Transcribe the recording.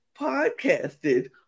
podcasted